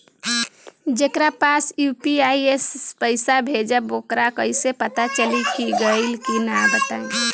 जेकरा पास यू.पी.आई से पईसा भेजब वोकरा कईसे पता चली कि गइल की ना बताई?